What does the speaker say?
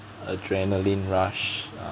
adrenaline rush